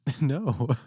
No